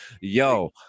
Yo